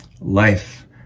life